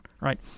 right